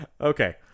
Okay